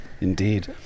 indeed